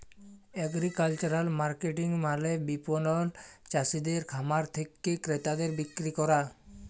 agricultural marketing মালে বিপণল চাসিদের খামার থেক্যে ক্রেতাদের বিক্রি ক্যরা